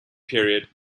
period